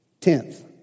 Tenth